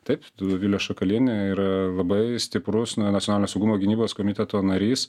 taip dovilė šakalienė yra labai stiprus na nacionalinio saugumo gynybos komiteto narys